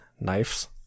knives